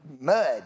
mud